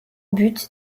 but